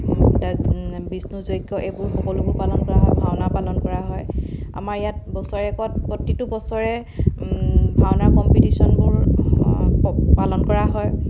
বিষ্ণু যজ্ঞ এইবোৰ সকলোবোৰ পালন কৰা হয় ভাওনা পালন কৰা হয় আমাৰ ইয়াত বছৰেকত প্ৰতিটো বছৰে ভাওনা কম্পিটিশ্যনবোৰ পালন কৰা হয়